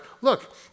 look